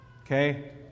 Okay